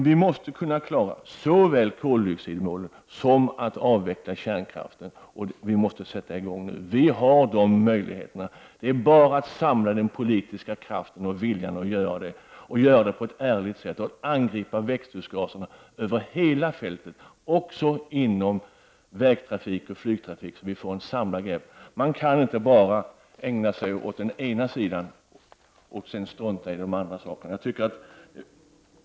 Vi måste kunna klara såväl koldioxidmålen som en avveckling av kärnkraften, och vi måste sätta i gång nu. Vi har de möjligheterna. Det är bara att samla den politiska kraften och viljan att göra detta, göra det på ett ärligt sätt och angripa växthusgaserna över hela fältet även inom vägoch flygtrafiken för att få ett samlat grepp. Man kan inte bara ägna sig åt den ena sidan och sedan strunta i de andra sakerna.